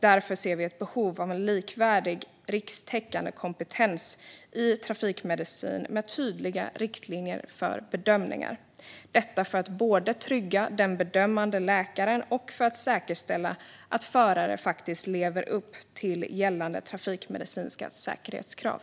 Därför ser vi ett behov av en likvärdig, rikstäckande kompetens i trafikmedicin med tydliga riktlinjer för bedömningar, detta både för att trygga den bedömande läkaren och för att säkerställa att förare lever upp till gällande trafikmedicinska säkerhetskrav.